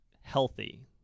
healthy